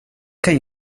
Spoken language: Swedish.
kan